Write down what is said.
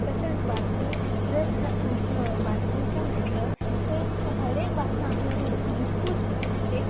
तसेच बातमी जर उद्यो बातमीचं म्हटलं तर हरएक बातम्या आपल्यापर्यन्त घरपोच पोहोचते